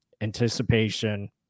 Anticipation